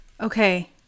okay